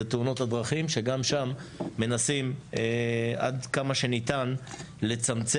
זה תאונות הדרכים שגם שם מנסים עד כמה שניתן לצמצם